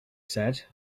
said